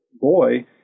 boy